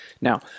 Now